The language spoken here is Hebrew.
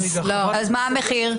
אז מה המחיר?